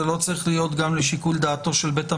זה לא צריך להיות גם לשיקול דעתו של בית המשפט?